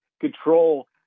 control